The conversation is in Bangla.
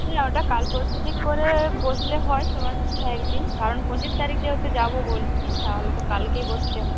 হ্যাঁ ওটা কাল পরশু ঠিক করে বসলে হয় সবার সাথে একদিন কারণ পঁচিশ তারিখ যেহেতু যাব বলছি তাহলে তো কালকে বসতে হয়